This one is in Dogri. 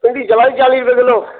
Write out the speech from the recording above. भिंडी चला दी चाली रपेऽ किलो